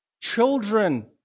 children